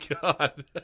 god